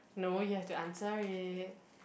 no you have to answer it